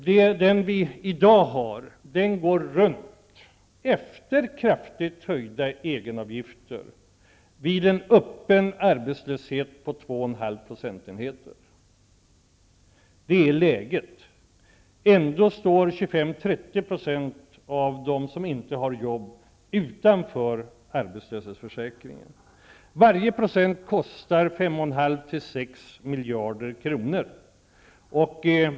Den vi i dag har går runt, efter kraftigt höjda egenavgifter vid en öppen arbetslöshet om 2,5 procentenheter. Det är läget i dag. Ändå står 25--30 % av dem som inte har jobb utanför arbetslöshetsförsäkringen. Varje procent kostar 5,5--6 miljarder kronor.